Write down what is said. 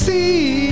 See